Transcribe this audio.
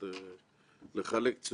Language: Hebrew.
זה אובדן לכנסת ולציבור הישראלי.